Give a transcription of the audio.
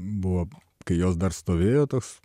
buvo kai jos dar stovėjo tas